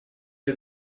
или